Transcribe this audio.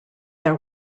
their